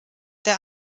der